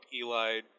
Eli